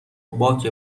باک